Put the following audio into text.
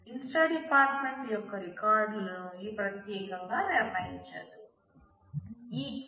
inst dept యొక్క రికార్డులను ఇది ప్రత్యేకంగా నిర్ణయించదు